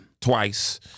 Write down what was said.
twice